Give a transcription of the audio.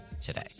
today